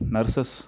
Nurses